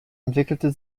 entwickelte